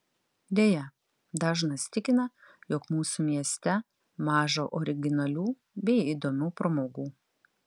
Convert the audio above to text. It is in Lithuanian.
deja dažnas tikina jog mūsų mieste maža originalių bei įdomių pramogų